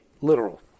literal